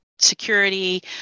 security